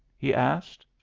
he asked.